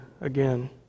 again